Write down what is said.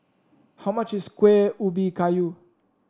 how much is Kueh Ubi Kayu